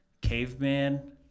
caveman